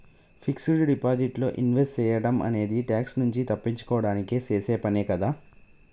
fixed deposit లో invest సేయడం అనేది ట్యాక్స్ నుంచి తప్పించుకోడానికి చేసే పనే కదా